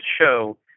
show